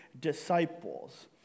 disciples